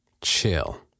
Chill